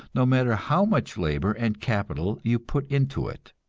no matter how much labor and capital you put into it.